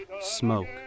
smoke